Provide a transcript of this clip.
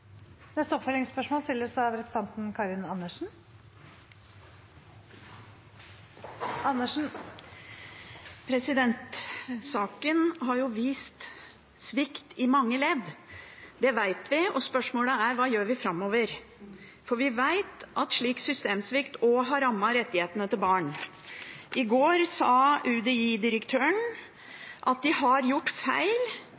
Karin Andersen – til oppfølgingsspørsmål. Saken har jo vist svikt i mange ledd, det vet vi, og spørsmålet er: Hva gjør vi framover, for vi vet at slik systemsvikt også har rammet rettighetene til barn? I går sa